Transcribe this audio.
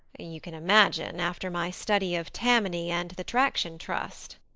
you can imagine, after my study of tammany and the traction trust.